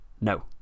no